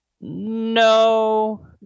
No